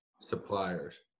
suppliers